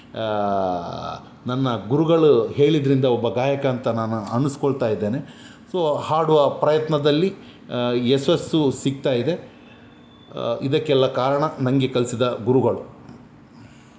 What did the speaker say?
ನನ್ನ ಗುರುಗಳು ಹೇಳಿದರಿಂದ ಒಬ್ಬ ಗಾಯಕ ಅಂತ ನಾನು ಅನ್ನಿಸ್ಕೊಳ್ತಾ ಇದ್ದೇನೆ ಸೊ ಹಾಡುವ ಪ್ರಯತ್ನದಲ್ಲಿ ಯಶಸ್ಸು ಸಿಕ್ತಾಯಿದೆ ಇದಕ್ಕೆಲ್ಲ ಕಾರಣ ನನಗೆ ಕಲಿಸಿದ ಗುರುಗಳು